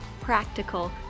practical